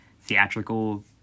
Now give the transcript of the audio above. theatrical